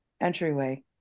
entryway